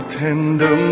tender